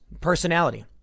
personality